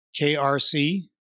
KRC